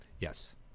Yes